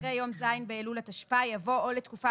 אחרי יום ז' באלול התשפ"ה יבוא או לתקופה